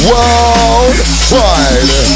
Worldwide